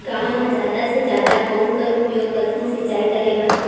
गांव म जादा से जादा कौन कर उपयोग करथे सिंचाई करे बर?